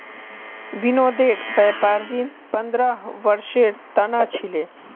विनोदेर व्यापार ऋण पंद्रह वर्षेर त न छिले